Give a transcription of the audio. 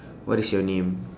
what is your name